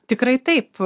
tikrai taip